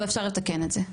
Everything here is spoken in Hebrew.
אבל אפשר לתקן את זה.